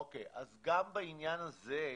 בעניין הזה,